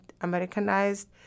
Americanized